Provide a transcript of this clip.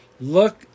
Look